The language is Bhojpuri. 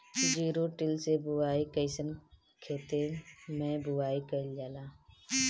जिरो टिल से बुआई कयिसन खेते मै बुआई कयिल जाला?